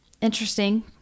interesting